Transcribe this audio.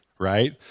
right